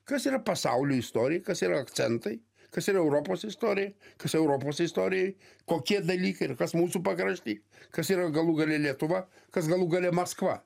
kas yra pasaulio istorikas ir akcentai kas yra europos istorija kas europos istorijoj kokie dalykai ir kas mūsų pakrašty kas yra galų gale lietuva kas galų gale maskva